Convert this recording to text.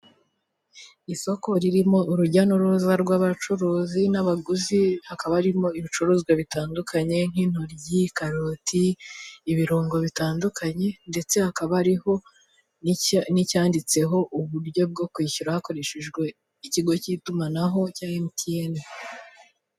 Isoko ririmo urujya n'uruza rw'abacuruzi n'abaguzi, hakaba harimo iibicuruzwa bitandukanye nk'intoryi, karoti, ibirungo bindukanye, ndetse hakaba hariho n'icyanditseho uburyo bwo kwishyura bwa emutiyene.